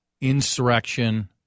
insurrection